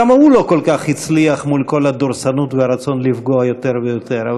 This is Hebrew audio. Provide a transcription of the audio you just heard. גם הוא לא כל כך הצליח מול כל הדורסנות והרצון לפגוע יותר ויותר,